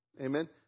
Amen